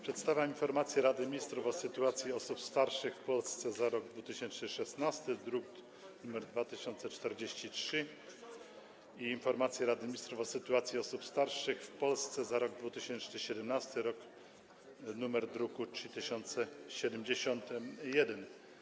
Przedstawiam informację Rady Ministrów o sytuacji osób starszych w Polsce za rok 2016, druk nr 2043, i informację Rady Ministrów o sytuacji osób starszych w Polsce za rok 2017, druk nr 3071.